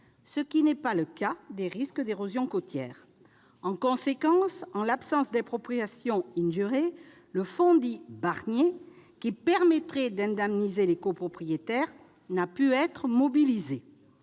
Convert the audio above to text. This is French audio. ce qui n'est pas le cas des risques d'érosion côtière. En conséquence, en l'absence d'expropriation, le fonds dit « Barnier », qui permettrait d'indemniser les copropriétaires, n'a pu être mobilisé.